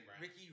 Ricky